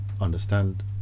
understand